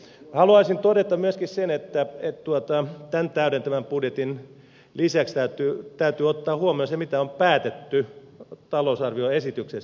haluaisin todeta myöskin sen että tämän täydentävän budjetin lisäksi täytyy ottaa huomioon se mitä on päätetty talousarvioesityksessä